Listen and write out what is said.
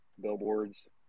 billboards